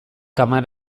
hamar